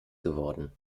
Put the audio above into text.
geworden